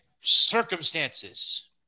circumstances